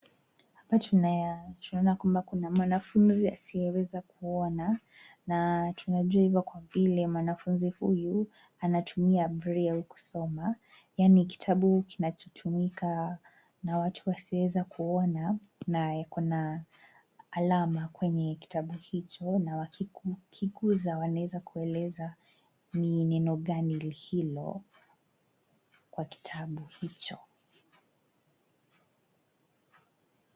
Hapa tunaona kwamba kuna mwanafunzi asiyeweza kuona na tunajua hivyo kwa vile mwanafunzi huyu anatumia braille kusoma yaani kitabu kinachotumika na watu wasioweza kuona na iko na alama kwenye kitabu hicho na wakikikuza wanaweza kueleza ni neno gani hilo kwa kitabu hicho.